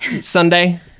Sunday